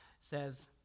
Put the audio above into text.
says